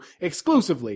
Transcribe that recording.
exclusively